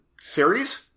series